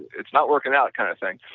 it's not working out kind of thing.